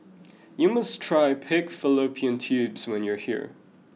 you must try pig fallopian tubes when you are here